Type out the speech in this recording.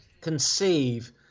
conceive